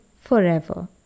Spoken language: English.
forever